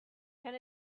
can